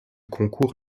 concours